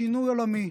משינוי עולמי.